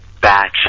batch